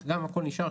הכול נשאר,